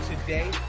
today